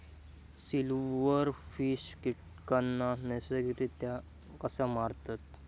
Silverfish कीटकांना नैसर्गिकरित्या कसा मारतत?